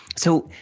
so,